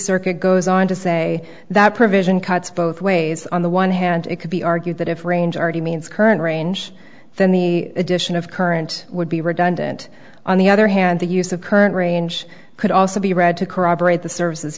circuit goes on to say that provision cuts both ways on the one hand it could be argued that if range already means current range then the addition of current would be redundant on the other hand the use of current range could also be read to corroborate the services